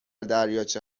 دریاچه